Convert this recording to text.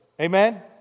Amen